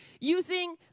using